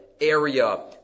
area